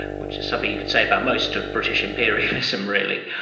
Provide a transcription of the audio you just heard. which is something you could say about most of british imperialism really.